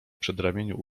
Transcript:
przedramieniu